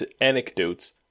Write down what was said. anecdotes